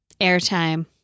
airtime